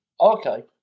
Okay